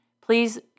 please